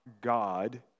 God